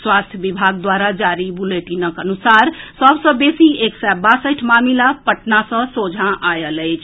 स्वास्थ्य विभाग द्वारा जारी बुलेटिनक अनुसार सभ सँ बेसी एक सय बासठि मामिला पटना सँ सोझां आयल अछि